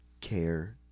care